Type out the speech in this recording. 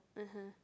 (uh huh)